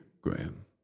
Graham